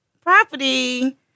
property